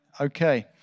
Okay